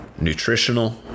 nutritional